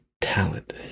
talent